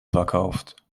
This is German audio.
verkauft